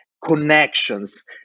connections